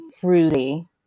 fruity